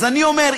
אז אני אומר,